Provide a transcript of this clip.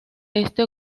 este